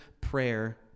prayer